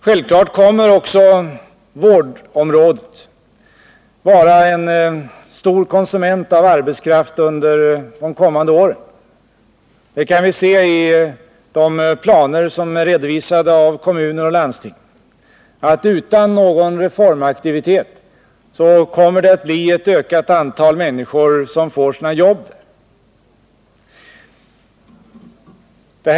Självfallet kommer också vårdområdet att bli en stor konsument i fråga om arbetskraft under de kommande åren. Vi kan utläsa av de planer som är redovisade av kommuner och landsting att det även utan en ökad reformaktivitet kommer att bli så att ett ökat antal människor får arbete inom denna sektor.